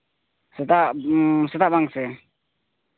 ᱥᱮᱛᱟᱜ ᱥᱮᱛᱟᱜ ᱵᱟᱝ ᱥᱮ